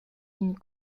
une